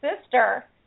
sister